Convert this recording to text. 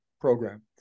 program